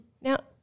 now